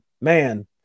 Man